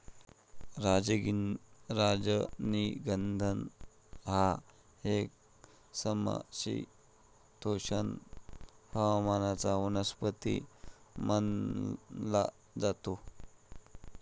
राजनिगंध हा एक समशीतोष्ण हवामानाचा वनस्पती मानला जातो